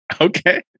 Okay